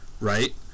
Right